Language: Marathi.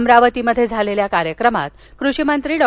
अमरावतीमध्ये झालेल्या कार्यक्रमात कृषी मंत्री डॉ